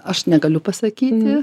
aš negaliu pasakyti